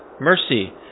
mercy